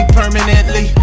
permanently